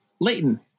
Leighton